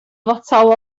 fotel